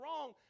wrong